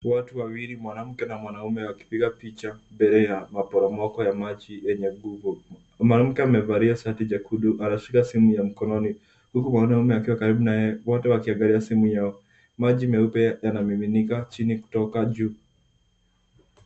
Watu wawili, mwanamke na mwanaume wakipiga picha mbele ya maporomoko ya maji yenye tuvo. Mwanamke amevalia shati jekundu ameshika simu ya mkononi huku mwanaume akiwa karibu na yeye, wote wakiangalia simu yao. Maji meupe yanamiminika chini kutoka juu.